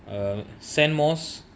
err saint moss